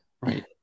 right